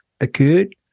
occurred